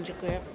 Dziękuję.